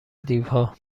دیوها